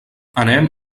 anem